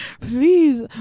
please